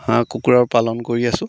হাঁহ কুকুৰাৰ পালন কৰি আছোঁ